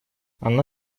она